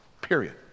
period